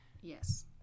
yes